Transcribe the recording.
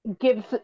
gives